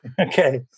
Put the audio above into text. Okay